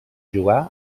jugar